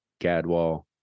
gadwall